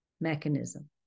mechanism